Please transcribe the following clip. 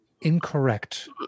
incorrect